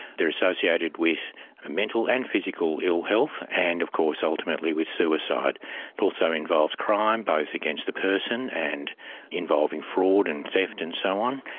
they are associated with ah mental and physical ill health, and of course ultimately with suicide. it also involves crime, both against the person and involving fraud and theft and so on.